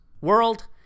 world